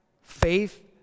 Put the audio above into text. faith